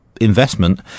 investment